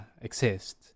Exist